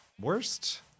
Worst